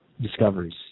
discoveries